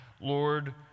Lord